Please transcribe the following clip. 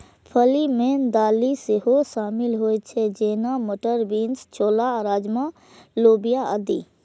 फली मे दालि सेहो शामिल होइ छै, जेना, मटर, बीन्स, छोला, राजमा, लोबिया आदि